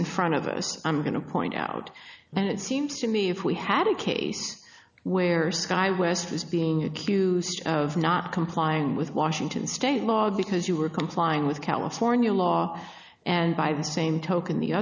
in front of us i'm going to point out and it seems to me if we had a case where sky west was being accused of not complying with washington state law because you were complying with california law and by the same token the